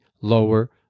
lower